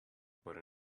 but